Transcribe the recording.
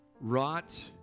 wrought